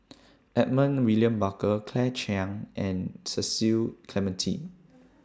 Edmund William Barker Claire Chiang and Cecil Clementi